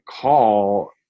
call